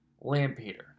Lampeter